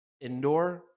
indoor